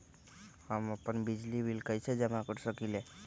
हम अपन बिजली बिल कैसे जमा कर सकेली?